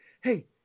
Hey